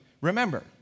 remember